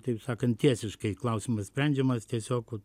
taip sakant tiesiškai klausimas sprendžiamas tiesiog